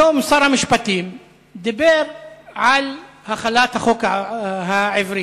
היום שר המשפטים דיבר על החלת החוק העברי.